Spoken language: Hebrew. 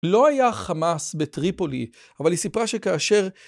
לא היה חמאס בטריפולי, אבל היא סיפרה שכאשר...